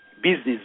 business